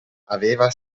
aveva